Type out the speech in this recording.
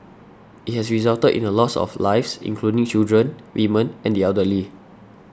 it has resulted in the loss of lives including children women and the elderly